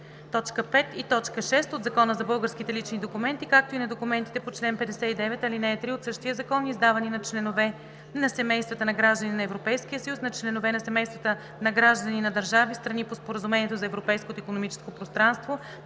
4, т. 5 и т. 6 от Закона за българските лични документи, както и на документите по чл. 59, ал. 3 от същия закон, издавани на членове на семейства на граждани на Европейския съюз, на членове на семейства на граждани на държави – страни по Споразумението за Европейското икономическо пространство,